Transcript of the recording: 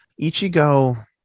Ichigo